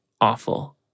awful